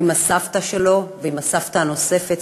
עם הסבתא שלו ועם הסבתא הנוספת,